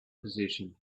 position